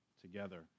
together